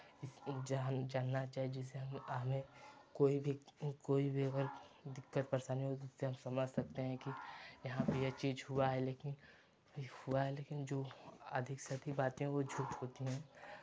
जान जानना चाहिए जिससे हम हमें कोई भी कोई भी अगर दिक्कत परेशानी होती है हम समझ सकते हैं कि यहाँ पे ये चीज़ हुआ है लेकिन हुआ है लेकिन जो अधिक से अधिक बातें वो झूठ होती हैं